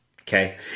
okay